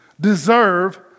deserve